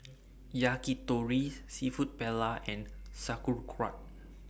Yakitori Seafood Paella and Sauerkraut